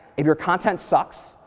if your content sucks,